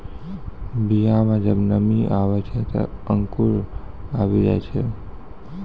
बीया म जब नमी आवै छै, त अंकुर आवि जाय छै